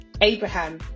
Abraham